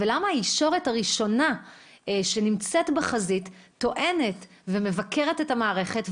ולמה הישורת הראשונה שנמצאת בחזית טוענת ומבקרת את המערכת,